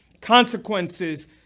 consequences